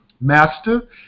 Master